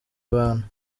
abantu